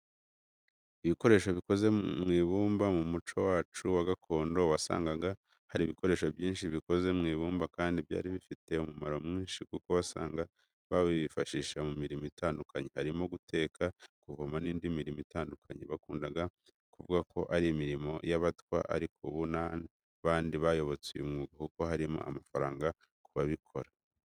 Ibikoresho bikoze mu ibumba mu muco wacu wa gakondo, wasangaga hari ibikoresho byinshi bikoze mu ibumba kandi byari bifite umumaro mwinshi kuko wasanga bawifashisha mu mirimo itandukanye, harimo guteka, kuvoma n'indi mirimo itandukanye. Bakundaga kuvuga ko ari imirimo y'abatwa ariko ubu n'abandi bayobotse uyu mwuga kuko harimo amafaranga ku babikora.